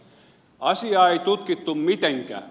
asiaa ei tutkittu mitenkään